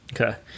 Okay